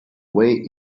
way